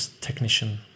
technician